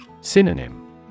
Synonym